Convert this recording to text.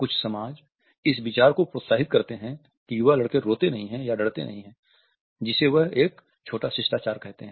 कुछ समाज इस विचार को प्रोत्साहित करते हैं कि युवा लड़के रोते नहीं हैं या डरते नहीं हैं जिसे वह एक छोटा शिष्टाचार कहते हैं